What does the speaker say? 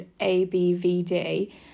ABVD